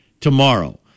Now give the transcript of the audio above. tomorrow